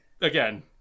again